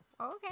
okay